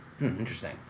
Interesting